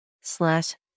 slash